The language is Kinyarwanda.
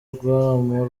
urwamo